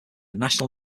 national